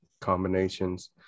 combinations